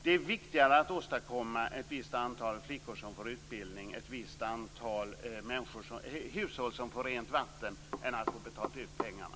Det är viktigare att åstadkomma att ett visst antal flickor får utbildning, att ett visst antal hushåll får rent vatten, än att man har betalat ut pengarna.